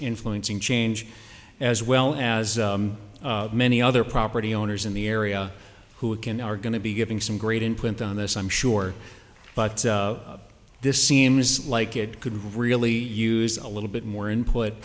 influencing change as well as many other property owners in the area who can are going to be giving some great input on this i'm sure but this seems like it could really use a little bit more input